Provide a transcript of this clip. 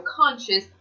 conscious